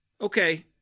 okay